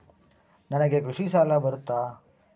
ನನಗೆ ಕೃಷಿ ಸಾಲ ಬರುತ್ತಾ?